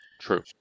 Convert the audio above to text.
True